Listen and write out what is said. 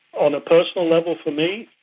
on a personal level for me